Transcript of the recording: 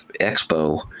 expo